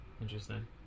Interesting